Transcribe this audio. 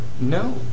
No